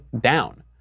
down